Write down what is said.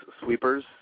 sweepers